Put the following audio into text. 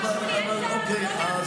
אמרו לי: אין טעם,